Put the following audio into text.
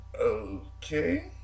Okay